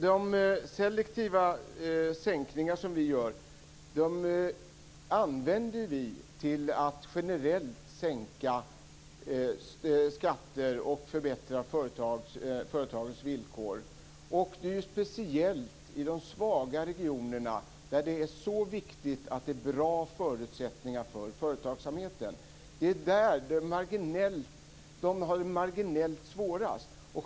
De selektiva sänkningar vi gör använder vi till att generellt sänka skatter och förbättra företagens villkor. Speciellt i de svaga regionerna är det viktigt att det är bra förutsättningar för företagsamheten. Där har man det marginellt svårast.